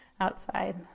outside